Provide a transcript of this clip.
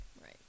Right